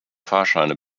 fahrscheine